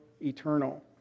eternal